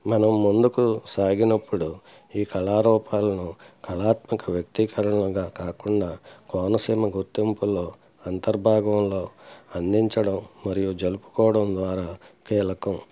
మనం ముందుకు సాగినప్పుడు ఈ కళారూపాలను కళాత్మక వ్యక్తికరణంగా కాకుండా కోనసీమ గుర్తింపులో అంతర్భాగంలో అందించడం మరియు జరుపుకోవడం ద్వారా కీలకం